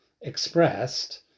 expressed